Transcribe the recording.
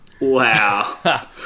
Wow